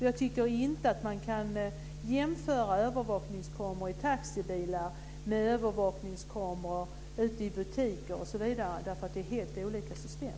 Jag tycker inte att man kan jämföra övervakningskameror i taxibilar med övervakningskameror ute i butiker därför att det är helt olika system.